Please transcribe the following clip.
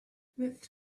with